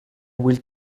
will